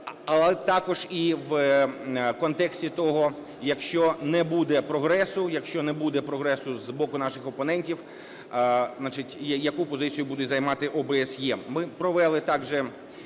Але також і в контексті того, якщо не буде прогресу, якщо не буде прогресу з боку наших опонентів, значить, яку позицію буде займати ОБСЄ.